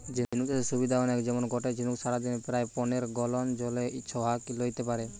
ঝিনুক চাষের সুবিধা অনেক যেমন গটে ঝিনুক সারাদিনে প্রায় পনের গ্যালন জল ছহাকি লেইতে পারে